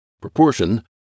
proportion